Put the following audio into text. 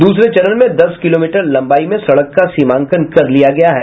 दूसरे चरण में दस किलोमीटर लंबाई में सड़क का सीमांकन कर लिया गया है